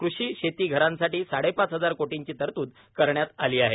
कृषी शेती घरांसाठी साडेपाच हजार कोटींची तरतूद करण्यात आली आहे